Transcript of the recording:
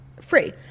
free